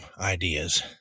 ideas